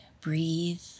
breathe